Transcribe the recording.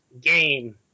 game